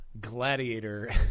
gladiator